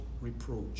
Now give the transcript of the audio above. reproach